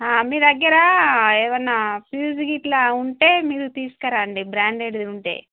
మీ దగ్గర ఏమన్నా ఫ్యూజ్ ఇట్లా ఉంటే మీరు తీసుకురాండి బ్రాండెడ్ది ఉంటే